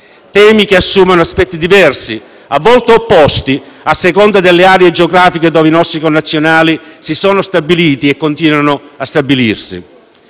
Temi che assumono aspetti diversi, a volte opposti, a seconda delle aree geografiche dove i nostri connazionali si sono stabiliti e continuano a stabilirsi.